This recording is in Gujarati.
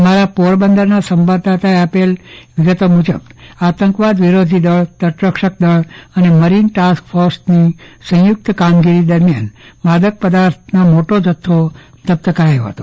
અમારા પોરબંદરના સંવાદદાતાએ આપેલી વિગતો મુજબ આતંકવાદ વિરોધી દળ તટરક્ષક દળ અને મરીન ટાસ્ક ફોર્સની સંયુકત કામગીરી દરમિયાન માદક પદાર્થનો મોટો જથ્થો જપ્ત કરાયો હતો